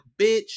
bitch